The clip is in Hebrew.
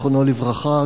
זיכרונו לברכה,